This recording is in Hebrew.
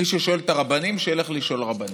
מי ששואל את הרבנים, שילך לשאול רבנים.